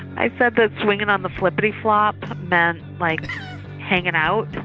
i said that swinging on the flippity flop meant like hanging out.